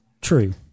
true